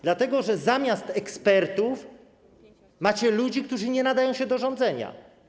Dlatego że zamiast ekspertów macie ludzi, którzy nie nadają się do rządzenia.